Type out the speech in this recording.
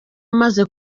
amaze